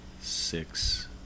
six